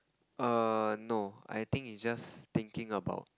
err no I think is just thinking about